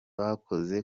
bakoze